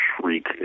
shriek